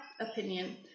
opinion